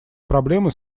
проблемы